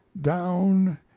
down